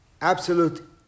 absolute